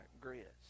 grits